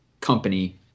company